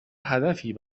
هدفی